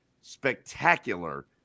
spectacular